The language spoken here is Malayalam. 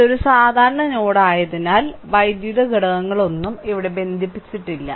ഇത് ഒരു സാധാരണ നോഡ് ആയതിനാൽ വൈദ്യുത ഘടകങ്ങളൊന്നും ഇവിടെ ബന്ധിപ്പിച്ചിട്ടില്ല